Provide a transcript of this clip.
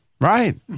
Right